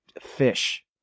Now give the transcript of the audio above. Fish